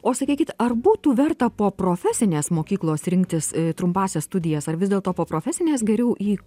o sakykit ar būtų verta po profesinės mokyklos rinktis trumpąsias studijas ar vis dėlto po profesinės geriau į